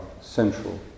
central